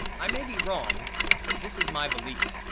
i may be wrong but this is my belief.